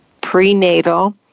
prenatal